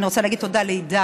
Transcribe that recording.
אני רוצה להגיד תודה לעידן,